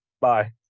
Bye